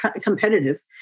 competitive